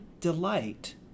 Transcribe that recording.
delight